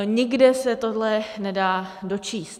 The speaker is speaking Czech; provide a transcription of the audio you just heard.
Nikde se tohle nedá dočíst.